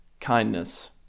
kindness